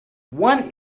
one